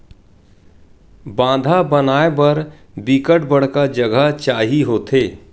बांधा बनाय बर बिकट बड़का जघा चाही होथे